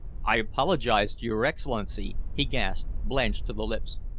i apologize to your excellency! he gasped, blanched to the lips.